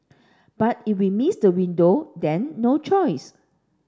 but if we miss the window then no choice